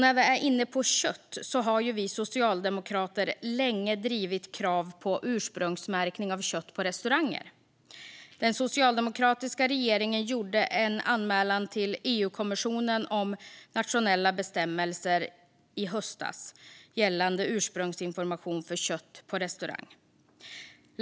När vi är inne på kött kan jag säga att vi socialdemokrater länge har drivit krav på ursprungsmärkning av kött på restauranger. Den socialdemokratiska regeringen gjorde i höstas en anmälan till EU-kommissionen om nationella bestämmelser gällande ursprungsinformation för kött på restaurang.